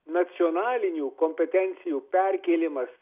nacionalinių kompetencijų perkėlimas